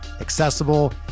accessible